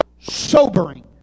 sobering